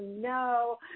no